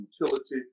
utility